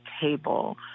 table